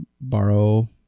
borrow